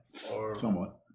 Somewhat